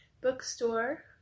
bookstore